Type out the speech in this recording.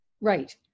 Right